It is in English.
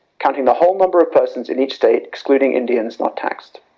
counting the whole number of persons in each state, excluding indians not taxed.